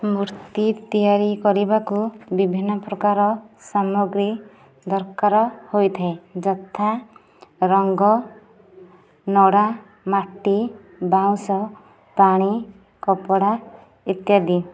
ମୂର୍ତ୍ତି ତିଆରି କରିବାକୁ ବିଭିନ୍ନ ପ୍ରକାର ସାମଗ୍ରୀ ଦରକାର ହୋଇଥାଏ ଯଥା ରଙ୍ଗ ନଡ଼ା ମାଟି ବାଉଁଶ ପାଣି କପଡ଼ା ଇତ୍ୟାଦି